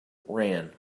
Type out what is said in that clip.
ran